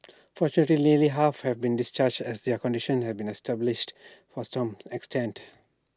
fortunately nearly half have been discharged as their condition have stabilised extent